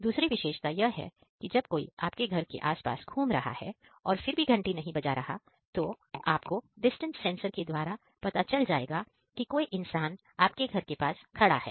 दूसरी विशेषता यह है की जब कोई आपके घर के आसपास घूम रहा है और फिर भी घंटी नहीं बजा रहा तो आपको डिस्टेंस सेंसर के द्वारा पता चल जाएगा कि कोई इंसान आपके घर के पास खड़ा है